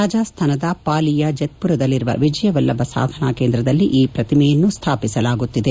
ರಾಜಸ್ಥಾನದ ಪಾಲಿಯ ಜೆತ್ಪುರದಲ್ಲಿರುವ ವಿಜಯ ವಲ್ಲಭ ಸಾಧನಾ ಕೇಂದ್ರದಲ್ಲಿ ಈ ಪ್ರತಿಮೆಯನ್ನು ಸ್ಥಾಪಿಸಲಾಗುತ್ತಿದೆ